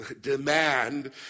demand